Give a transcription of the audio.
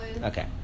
Okay